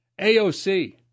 AOC